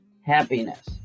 happiness